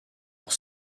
pour